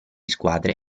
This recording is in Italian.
squadre